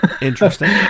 Interesting